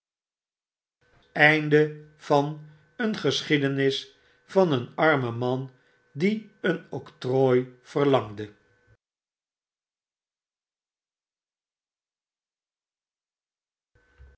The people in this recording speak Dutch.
t geschiedenis van een armen man die een octrooi verlangde